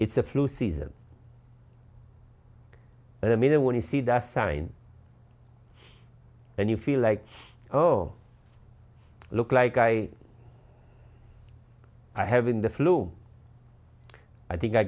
it's a flu season and i mean when you see the sign and you feel like oh look like i i haven't the flu i think i'm